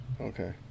Okay